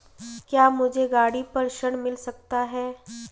क्या मुझे गाड़ी पर ऋण मिल सकता है?